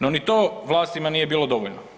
No ni to vlastima nije bilo dovoljno.